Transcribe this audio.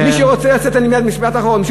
משפט אחרון.